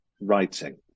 writing